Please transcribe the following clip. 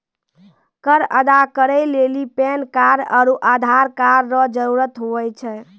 कर अदा करै लेली पैन कार्ड आरू आधार कार्ड रो जरूत हुवै छै